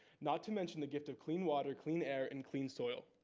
not to mention the gift of clean water, clean air and clean soil.